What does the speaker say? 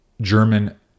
German